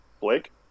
Blake